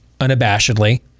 unabashedly